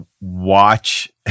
watch